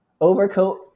Overcoat